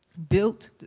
built,